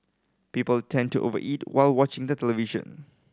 people tend to over eat while watching the television